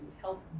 help